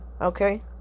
Okay